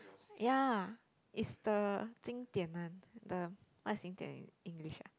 ya it's the 经典 one the what's 经典 in English ah